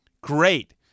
Great